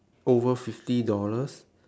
over fifty dollars